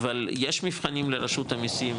אבל יש מבחנים לרשות המיסים,